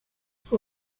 fue